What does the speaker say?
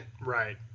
Right